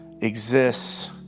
exists